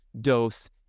dose